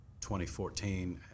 2014